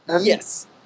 Yes